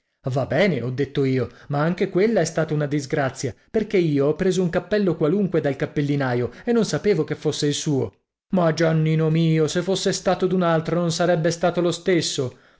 va bene ho detto io ma anche quella è stata una disgrazia perché io ho preso un cappello qualunque dal cappellinaio e non sapevo che fosse il suo ma giannino mio se fosse stato d'un altro non sarebbe stato lo stesso